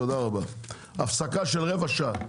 אבל זאת הבעיה שהוצגה --- טוב,